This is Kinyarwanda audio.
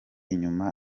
inyuma